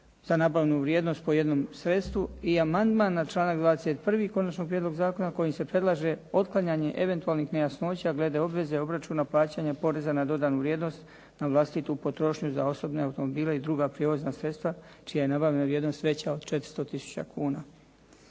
za nabavnu vrijednost po jednom sredstvu. I amandman na članak 21. konačnog prijedloga zakona kojim se predlaže otklanjanje eventualnih nejasnoća glede obveze, obračuna, plaćanja poreza na dodanu vrijednost na vlastitu potrošnju za osobne automobile i druga prijevozna sredstva čija je nabavna vrijednost veća od 400 tisuća kuna.